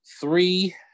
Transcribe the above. Three